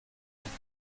nicht